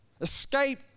escape